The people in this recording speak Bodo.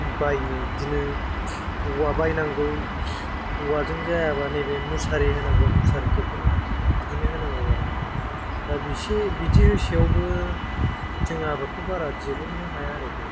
बायनो बिदिनो औवा बायनांगौ औवाजों जायाबा नैबे मुसारि होनांगौ मुसारि थेखोना बिदिनो होनांगौ आरो दा बेसे बिदि होसेयावबो जों आबादखौ बारा दिरुननो हाया आरोखि